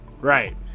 right